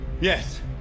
Yes